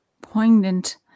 poignant